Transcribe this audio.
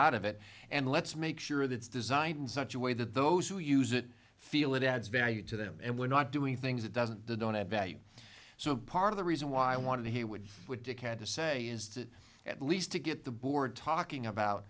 out of it and let's make sure that it's designed in such a way that those who use it feel it adds value to them and we're not doing things that doesn't the don't add value so part of the reason why i wanted to he would with dick had to say is that at least to get the board talking about